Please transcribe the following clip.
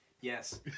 Yes